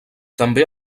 també